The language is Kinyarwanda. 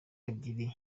ebyiri